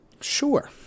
Sure